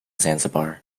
zanzibar